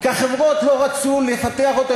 כי החברות לא רצו לפתח אותו,